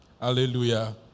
Hallelujah